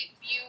view